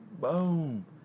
Boom